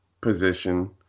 position